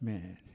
Man